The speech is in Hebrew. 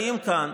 באים לכאן,